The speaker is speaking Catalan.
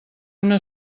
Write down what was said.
una